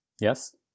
Yes